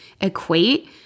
equate